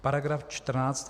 § 14.